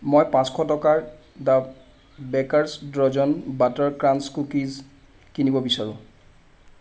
মই পাঁচশ টকাৰ the Baker's Dozen butter crunch cookies কিনিব বিচাৰোঁ